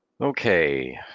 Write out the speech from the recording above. Okay